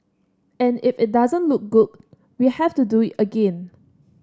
and if it doesn't look good we have to do again